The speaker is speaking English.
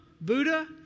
Buddha